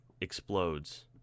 explodes